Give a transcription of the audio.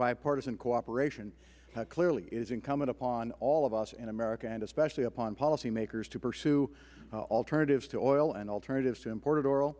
bipartisan cooperation clearly it is incumbent upon all of us in america and especially upon policymakers to pursue alternatives to oil and alternatives to imported oil